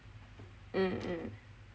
mm mm